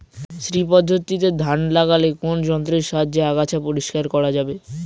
শ্রী পদ্ধতিতে ধান লাগালে কোন যন্ত্রের সাহায্যে আগাছা পরিষ্কার করা যাবে?